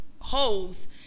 holes